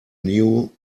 new